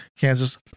Kansas